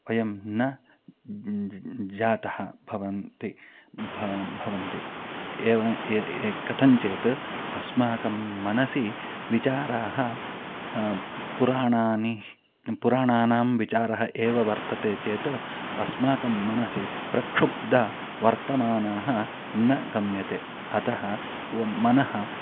वयं न जाताः भवन्ति भ भवन्ति एव कथञ्चित् अस्माकं मनसि विचाराः पुराणानि पुराणानां विचारः एव वर्तते चेत् अस्माकं मनसि प्रक्षुब्धवर्तमानाः न गम्यते अतः मनः